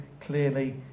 clearly